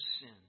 sin